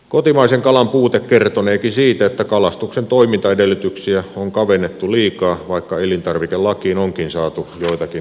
kotimaisen kalan puute kertoneekin siitä että kalastuksen toimintaedellytyksiä on kavennettu liikaa vaikka elintarvikelakiin onkin saatu joitakin helpotuksia kalastajille